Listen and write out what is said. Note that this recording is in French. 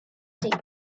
côté